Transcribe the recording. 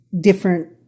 different